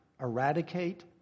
eradicate